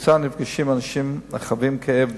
בקבוצה נפגשים אנשים החווים כאב דומה,